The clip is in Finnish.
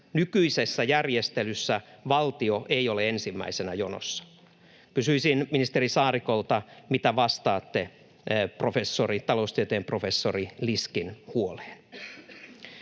Nykyisessä järjestelyssä valtio ei ole ensimmäisenä jonossa. Kysyisin ministeri Saarikolta: mitä vastaatte taloustieteen professori Liskin huoleen?